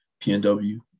PNW